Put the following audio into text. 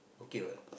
okay what